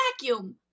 vacuum